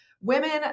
women